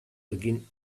begin